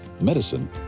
medicine